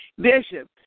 Bishop